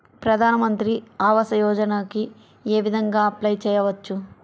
ప్రధాన మంత్రి ఆవాసయోజనకి ఏ విధంగా అప్లే చెయ్యవచ్చు?